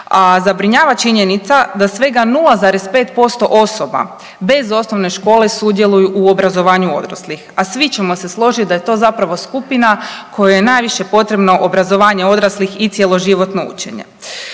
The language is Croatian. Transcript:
zabrinjava činjenica da svega 0,5% osoba bez osnovne škole sudjeluju u obrazovanju odraslih, a svi ćemo se složiti da je to zapravo skupina kojoj je najviše potrebno obrazovanje odraslih i cjeloživotno učenje.